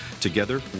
Together